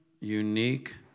unique